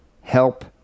help